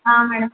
madam